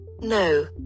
No